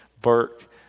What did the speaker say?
Burke